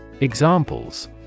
Examples